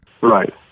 Right